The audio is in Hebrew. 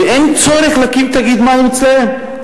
ואין צורך להקים תאגיד מים אצלם,